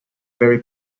very